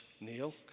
Neil